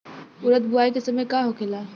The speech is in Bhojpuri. उरद बुआई के समय का होखेला?